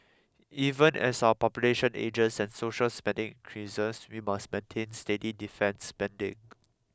even as our population ages and social spending increases we must maintain steady defence spending